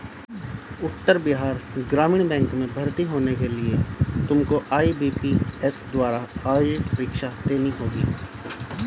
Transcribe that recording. उत्तर Bihar Gramin bank में भर्ती होने के लिए तुमको आई.बी.पी.एस द्वारा आयोजित परीक्षा देनी होगी